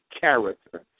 character